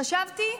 חשבתי,